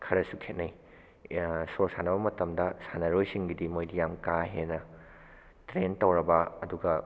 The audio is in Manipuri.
ꯈꯔꯁꯨ ꯈꯦꯠꯅꯩ ꯁꯣꯔ ꯁꯥꯟꯅꯕ ꯃꯇꯝꯗ ꯁꯥꯟꯅꯔꯣꯏ ꯁꯤꯡꯒꯤꯗꯤ ꯃꯣꯏꯗꯤ ꯌꯥꯝ ꯀꯥ ꯍꯦꯟꯅ ꯇ꯭ꯔꯦꯟ ꯇꯧꯔꯕ ꯑꯗꯨꯒ